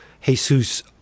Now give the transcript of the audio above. Jesus